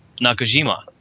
Nakajima